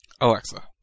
Alexa